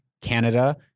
Canada